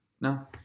No